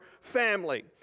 family